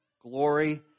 Glory